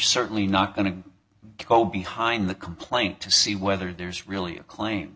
certainly not going to go behind the complaint to see whether there's really a claim